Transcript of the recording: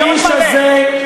האיש הזה,